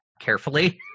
carefully